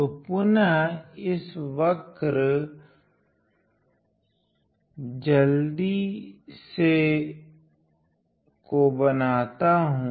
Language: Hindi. तो पुनः मैं इस वक्र जल्दी से को बनाता हूँ